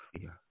fear